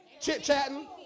chit-chatting